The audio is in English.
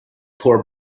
poor